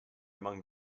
among